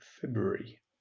February